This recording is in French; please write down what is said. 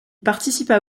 participa